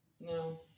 no